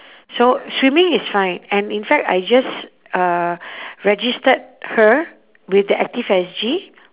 so swimming is fine and in fact I just uh registered her with the active S_G